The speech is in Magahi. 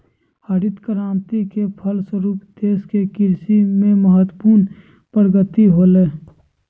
हरित क्रान्ति के फलस्वरूप देश के कृषि क्षेत्र में महत्वपूर्ण प्रगति होलय